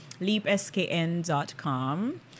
Leapskn.com